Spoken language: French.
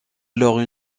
alors